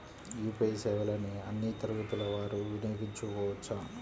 UPI సేవలని అన్నీ తరగతుల వారు వినయోగించుకోవచ్చా?